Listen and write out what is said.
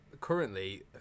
currently